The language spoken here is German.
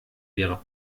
wäre